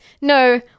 no